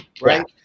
right